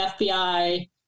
FBI